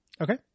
Okay